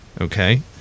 Okay